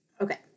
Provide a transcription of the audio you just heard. Okay